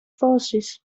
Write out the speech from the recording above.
forces